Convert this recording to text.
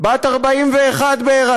בת 41 בהירצחה,